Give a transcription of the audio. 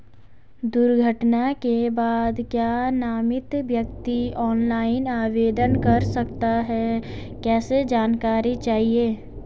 दुर्घटना के बाद क्या नामित व्यक्ति ऑनलाइन आवेदन कर सकता है कैसे जानकारी चाहिए?